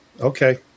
Okay